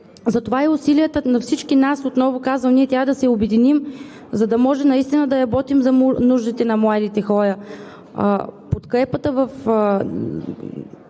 Затова и усилията на всички нас, отново казвам, трябва да се обединим, за да може наистина да работим за нуждите на младите хора, с подкрепата на